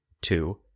Two